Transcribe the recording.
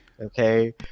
Okay